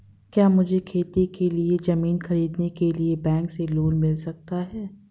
क्या मुझे खेती के लिए ज़मीन खरीदने के लिए बैंक से लोन मिल सकता है?